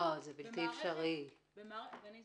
זה בלתי-אפשרי.